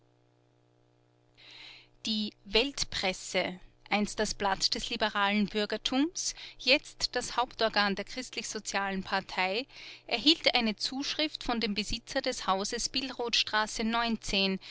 die weltpresse einst das blatt des liberalen bürgertums jetzt das hauptorgan der christlichsozialen partei erhielt eine zuschrift von dem besitzer des hauses